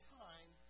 time